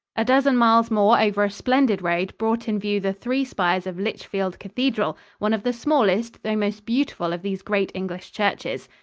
a dozen miles more over a splendid road brought in view the three spires of lichfield cathedral, one of the smallest though most beautiful of these great english churches.